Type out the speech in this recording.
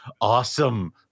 Awesome